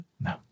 No